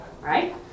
right